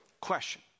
question